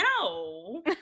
no